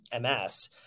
MS